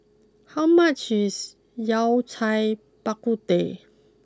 how much is Yao Cai Bak Kut Teh